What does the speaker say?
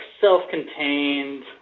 self-contained